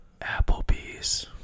Applebee's